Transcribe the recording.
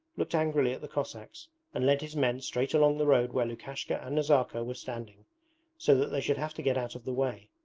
looked angrily at the cossacks and led his men straight along the road where lukashka and nazarka were standing so that they should have to get out of the way.